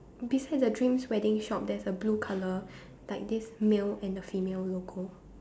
beside the dreams wedding shop there's a blue colour like this male and a female logo